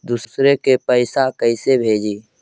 दुसरे के पैसा कैसे भेजी?